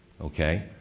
okay